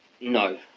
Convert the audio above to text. No